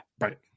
Right